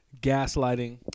gaslighting